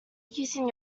using